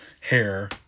hair